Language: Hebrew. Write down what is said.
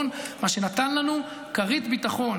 מה שנתן לנו כרית ביטחון,